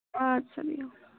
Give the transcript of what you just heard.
آدٕ سا بِہِو